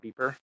beeper